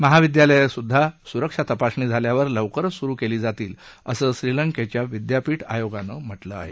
महाविद्यालयं देखील सुरक्षा तपासणी झाल्यावर लवकरच सुरु होतील असं श्रीलंकेच्या विद्यापीठ आयोगानं म्हटलं आहे